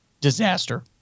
disaster